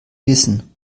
wissen